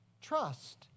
Trust